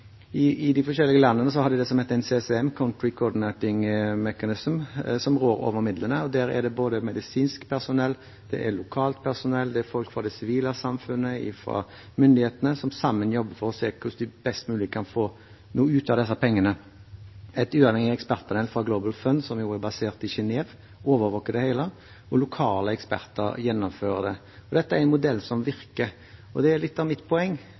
oss. I de forskjellige landene har de det som heter CCM, Country Coordinating Mechanisms, som rår over midlene, og der er det både medisinsk personell, det er lokalt personell, det er folk fra det sivile samfunnet og fra myndighetene, som sammen jobber for å se hvordan de best mulig kan få noe ut av disse pengene. Et uavhengig ekspertpanel fra The Global Fund, som er basert i Genève, overvåker det hele, og lokale eksperter gjennomfører det. Dette er en modell som virker. Og det er litt av mitt poeng: